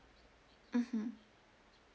mmhmm